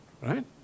right